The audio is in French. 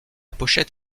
pochette